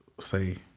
say